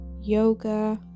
yoga